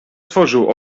otworzył